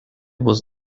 was